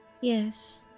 Yes